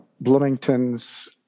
Bloomington's